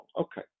Okay